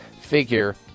figure